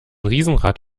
riesenrad